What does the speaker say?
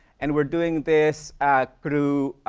and we're doing this through.